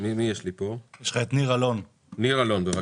ניר אלון, בבקשה.